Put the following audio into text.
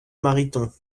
mariton